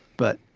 but